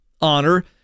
honor